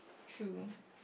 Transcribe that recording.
true